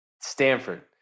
Stanford